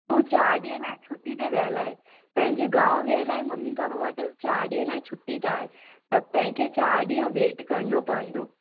हूं चार ॾींहुं लाइ छुटी ते वियलु आहे पंहिंजे गांव वियलु आहे मम्मी पापा वटि चार ॾींहुं लाइ छुटी ते आहे त पाण खे चार ॾींहुं वेट करिणो पवंदो